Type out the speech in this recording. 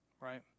right